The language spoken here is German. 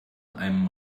einem